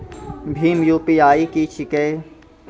भीम UPI की छीके?